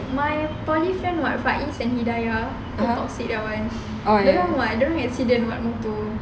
my poly friend faiz and hidayah the toxic that [one] dorang accident motor